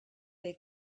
they